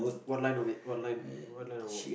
what line would it what line what line of work